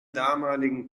damaligen